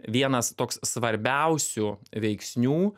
vienas toks svarbiausių veiksnių